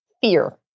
fear